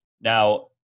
Now